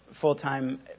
full-time